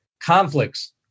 conflicts